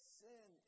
sin